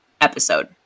episode